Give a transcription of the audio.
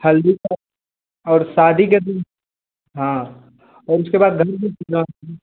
हल्दी का और शादी के दिन हाँ और उसके बाद घर भी सजवाना